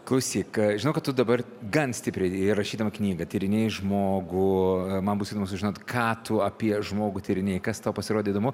klausyk žinau kad tu dabar gan stipriai rašydama knygą tyrinėji žmogų man bus įdomu sužinot ką tu apie žmogų tyrinėji kas tau pasirodė įdomu